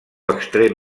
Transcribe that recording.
extrem